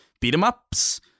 beat-em-ups